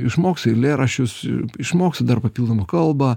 išmoksiu eilėraščius išmoksiu dar papildomą kalbą